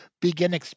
begin